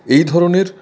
এই ধরণের